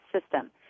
system